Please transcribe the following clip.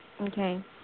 Okay